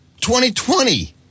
2020